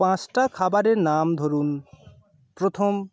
পাঁচটা খাবারের নাম ধরুন প্রথম